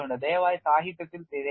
ദയവായി സാഹിത്യത്തിൽ തിരയുക